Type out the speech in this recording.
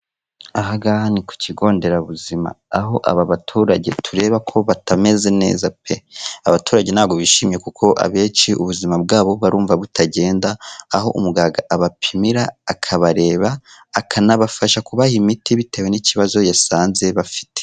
Aha ngaha ni ku kigonderabuzima. Aho aba baturage tureba ko batameze neza pe. Abaturage ntabwo bishimye kuko abenshi ubuzima bwabo barumva butagenda, aho umuganga abapimira akabareba, akanabafasha kubaha imiti bitewe n'ikibazo yasanze bafite.